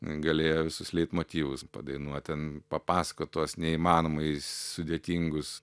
galėjo visus leitmotyvus padainuot ten papasakot tuos neįmanomai sudėtingus